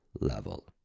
level